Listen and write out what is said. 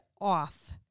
off